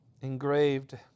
engraved